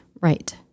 Right